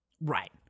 Right